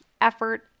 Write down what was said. effort